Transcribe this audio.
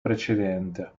precedente